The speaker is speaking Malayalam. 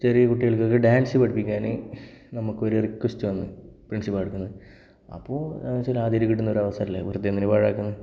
ചെറിയ കുട്ടികൾകൊക്കെ ഡാൻസ് പഠിപ്പിക്കാൻ നമുക്കൊരു റിക്വസ്റ്റ് വന്നു പ്രിസിപ്പാളിൻ്റെ അടുത്ത് നിന്ന് അപ്പോൾ ചില ആദ്യമായി കിട്ടുന്ന ഒരു അവസരമല്ലെ വെറുതെ എന്തിനാണ് പാഴാക്കുന്നത്